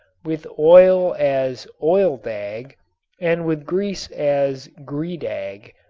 with oil as oildag and with grease as gredag,